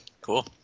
Cool